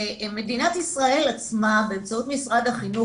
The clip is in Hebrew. מדינת ישראל עצמה באמצעות משרד החינוך